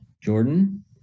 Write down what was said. Jordan